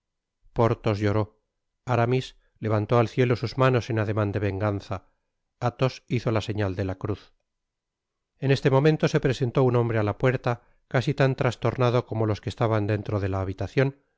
porthos lloró aramis levantó al cielo sus manos en ademan de venganza athos hizo la señal de la cruz en este momento se presentó un hombre á la puerta casi tan trastornado como los que estaban dentro de la habitacion